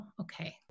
Okay